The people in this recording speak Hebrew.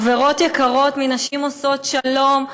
חברות יקרות מנשים עושות שלום,